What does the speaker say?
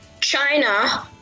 China